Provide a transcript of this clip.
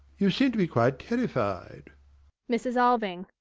you seem to be quite terrified mrs. alving.